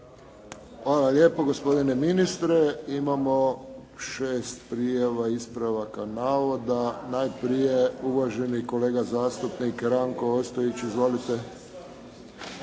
Hvala lijepo gospodine ministre. Imamo šest prijava ispravaka navoda. Najprije uvaženi kolega zastupnik Ranko Ostojić. Izvolite.